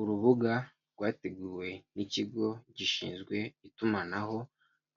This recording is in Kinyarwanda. Urubuga rwateguwe n'ikigo gishinzwe itumanaho,